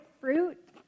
fruit